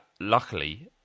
luckily